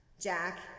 Jack